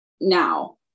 now